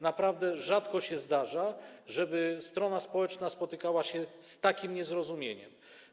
Naprawdę rzadko się zdarza, żeby strona społeczna spotykała się z takim niezrozumieniem.